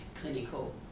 clinical